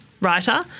writer